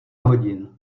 hodin